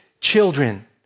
children